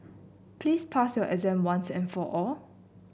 please pass your exam once and for all